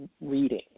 reading